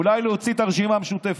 אולי להוציא את הרשימה המשותפת,